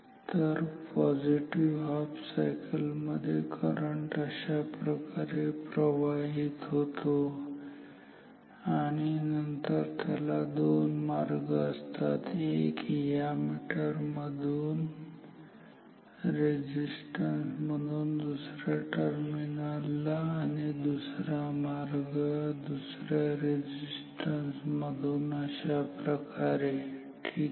तर positive half cycle मध्ये current अशाप्रकारे प्रवाहित होतो आणि नंतर त्याला दोन मार्ग असतात एक ह्या मीटर मधून आणि रेझिस्टन्स मधून दुसऱ्या टर्मिनल ला आणि दुसरा मार्ग या दुसऱ्या रेझिस्टन्स मधून अशाप्रकारे ठीक आहे